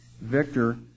Victor